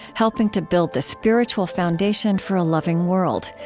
helping to build the spiritual foundation for a loving world.